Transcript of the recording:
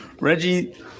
Reggie